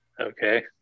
Okay